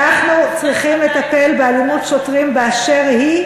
אנחנו צריכים לטפל באלימות שוטרים באשר היא,